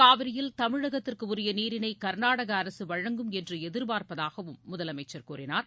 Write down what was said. காவிரியில் தமிழகத்திற்குஉரியநீரினைகர்நாடகஅரசுவழங்கும் என்றுஎதிர்பார்ப்பதாகவும் முதலமைச்சர் கூறினார்